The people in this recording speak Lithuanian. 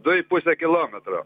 du i pusė kilometro